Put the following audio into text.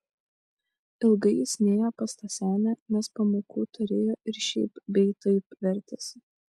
ilgai jis nėjo pas tą senę nes pamokų turėjo ir šiaip bei taip vertėsi